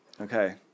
Okay